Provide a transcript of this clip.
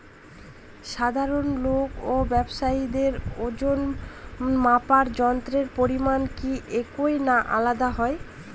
সাধারণ লোক ও ব্যাবসায়ীদের ওজনমাপার যন্ত্রের পরিমাপ কি একই না আলাদা হয়?